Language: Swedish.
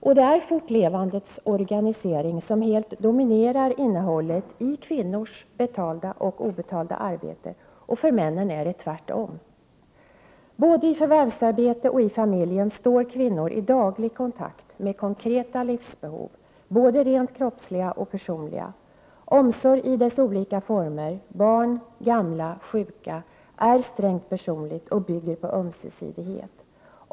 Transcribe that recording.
Det är fortlevandets organisering som helt dominerar innehållet i kvinnors betalda och obetalda arbete, men för männen är det precis tvärtom. Både i förvärvsarbete och i familjen står kvinnor i daglig kontakt med konkreta livsbehov, både rent kroppsliga och personliga. Omsorg i dess olika former: om barn, gamla och sjuka, är något strängt personligt och bygger på ömsesidighet.